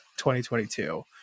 2022